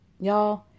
y'all